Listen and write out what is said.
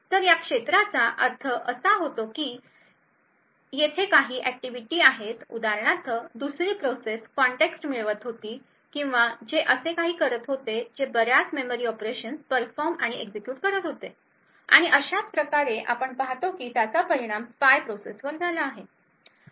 तर या प्रांताचा अर्थ असा आहे की येथे काही ऍक्टिव्हिटी आहेत उदाहरणार्थ दुसरी प्रोसेस कॉन्टेक्स्ट मिळवत होती किंवा जे असे काहीतरी होते जे बर्याच मेमरी ऑपरेशन्स परफॉर्म आणि एक्झिक्युट करत होते आणि अशा प्रकारे आपण पाहतो की त्याचा परिणाम स्पाय प्रोसेसवर झाला आहे